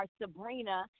Sabrina